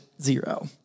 zero